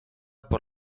por